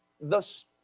thus